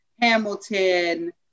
Hamilton